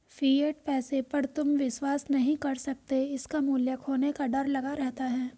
fiat पैसे पर तुम विश्वास नहीं कर सकते इसका मूल्य खोने का डर लगा रहता है